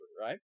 right